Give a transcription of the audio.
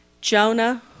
Jonah